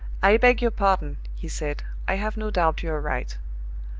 i beg your pardon, he said i have no doubt you are right.